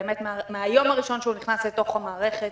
באמת מהיום הראשון שהוא נכנס לתוך המערכת